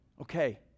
okay